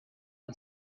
and